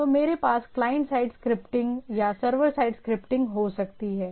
तो मेरे पास क्लाइंट साइड स्क्रिप्टिंग या सर्वर साइड स्क्रिप्टिंग हो सकती है